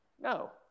No